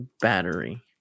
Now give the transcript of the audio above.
battery